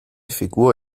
figur